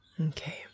Okay